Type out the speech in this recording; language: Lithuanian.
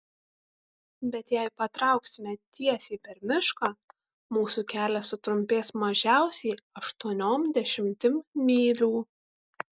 bet jei patrauksime tiesiai per mišką mūsų kelias sutrumpės mažiausiai aštuoniom dešimtim mylių